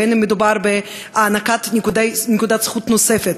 בין שמדובר בהענקת נקודת זכות נוספת,